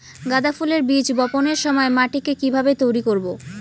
গাদা ফুলের বীজ বপনের সময় মাটিকে কিভাবে তৈরি করব?